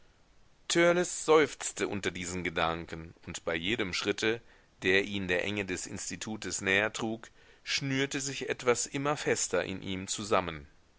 seufzte unter diesen gedanken und bei jedem schritte der ihn der enge des institutes näher trug schnürte sich etwas immer fester in ihm zusammen